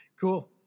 Cool